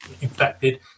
infected